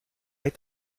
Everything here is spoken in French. est